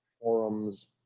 forums